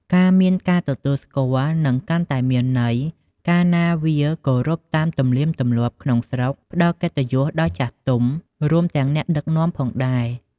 ការមានការទទួលស្គាល់នឹងកាន់តែមានន័យ កាលណាវាគោរពតាមទំនៀមទម្លាប់ក្នុងស្រុក ផ្ដល់កិត្តិយសដល់ចាស់ទុំ រួមទាំងអ្នកដឹកនាំផងដែរ។